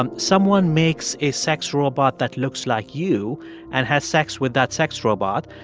um someone makes a sex robot that looks like you and has sex with that sex robot.